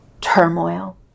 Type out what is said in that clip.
turmoil